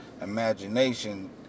imagination